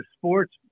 sports